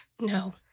No